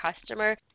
customer